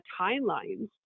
timelines